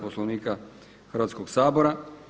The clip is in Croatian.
Poslovnika Hrvatskoga sabora.